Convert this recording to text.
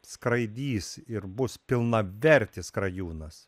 skraidys ir bus pilnavertis skrajūnas